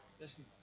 Listen